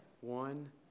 One